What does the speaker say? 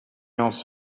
else